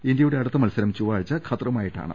ഇന്ത്യയുടെ അടുത്ത മത്സരം ചൊവ്വാഴ്ച്ച ഖത്തറുമായിട്ടാണ്